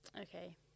Okay